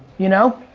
you know.